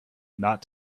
not